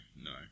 no